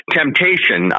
temptation